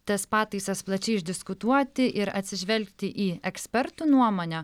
tas pataisas plačiai išdiskutuoti ir atsižvelgti į ekspertų nuomonę